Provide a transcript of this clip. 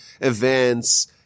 events